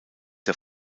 der